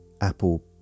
Apple